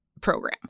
program